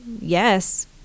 yes